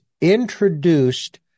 introduced